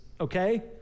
okay